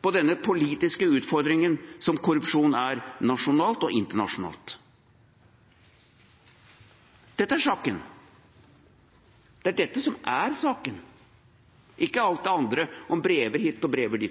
på denne politiske utfordringa som korrupsjon er nasjonalt og internasjonalt. Dette er saken, det er dette som er saken, ikke alt det andre, om brever hit og brever